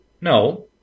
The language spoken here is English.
No